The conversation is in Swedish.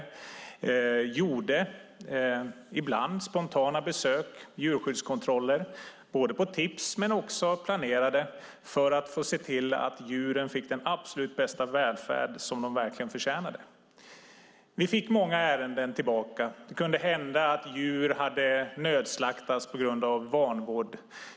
De gjorde ibland spontana besök och djurskyddskontroller både på tips men också planerade för att se till att djuren fick den absolut bästa välfärd som de verkligen förtjänade. Vi fick många ärenden tillbaka. Det kunde hända att djur hade nödslaktats på grund av vanvård.